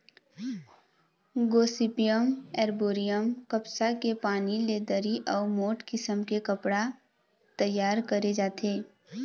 Gossypium arboreum कपसा के पोनी ले दरी अउ मोठ किसम के कपड़ा तइयार करे जाथे